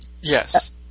Yes